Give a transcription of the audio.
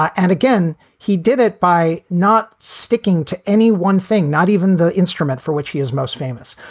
and again, he did it by not sticking to any one thing, not even the instrument for which he is most famous.